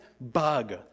bug